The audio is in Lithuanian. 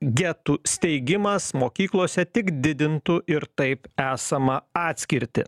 getų steigimas mokyklose tik didintų ir taip esamą atskirtį